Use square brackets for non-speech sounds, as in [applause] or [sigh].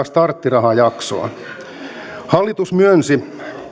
[unintelligible] starttirahajaksoa